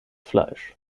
fleisch